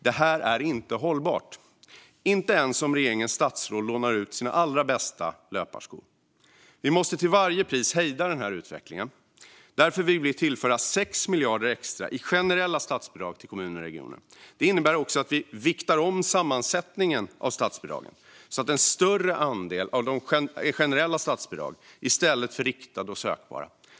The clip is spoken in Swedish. Detta är inte hållbart - inte ens om regeringens statsråd lånar ut sina allra bästa löparskor. Den här utvecklingen måste till varje pris hejdas. Därför vill vi tillföra 6 miljarder extra i generella statsbidrag till kommuner och regioner. Det innebär att vi också viktar om sammansättningen av statsbidragen så att en större andel av dem är generella statsbidrag i stället för riktade och sökbara.